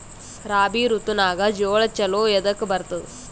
ರಾಬಿ ಋತುನಾಗ್ ಜೋಳ ಚಲೋ ಎದಕ ಬರತದ?